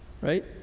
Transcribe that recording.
Right